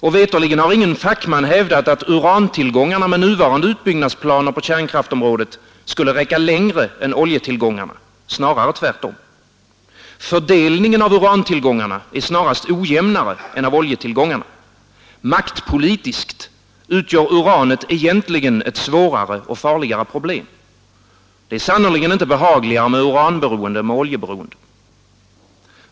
Och veterligen har ingen fackman hävdat att urantillgångarna med nuvarande utbyggnadsplaner på kärnkraftområdet skulle räcka längre än oljetillgångarna, snarare tvärtom. Fördelningen av urantillgångarna är snarast ojämnare än av oljetillgångarna. Maktpolitiskt utgör uranet egentligen ett svårare och farligare problem. Det är sannerligen inte behagligare med uranberoende än med oljeberoende.